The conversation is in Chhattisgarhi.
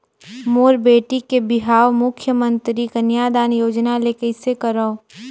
मोर बेटी के बिहाव मुख्यमंतरी कन्यादान योजना ले कइसे करव?